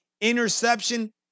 interception